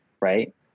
right